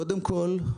קודם כול,